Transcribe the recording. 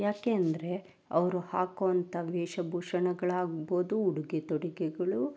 ಯಾಕೆ ಅಂದರೆ ಅವರು ಹಾಕುವಂಥ ವೇಷ ಭೂಷಣಗಳಾಗ್ಬೋದು ಉಡುಗೆ ತೊಡುಗೆಗಳು